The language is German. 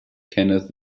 kenneth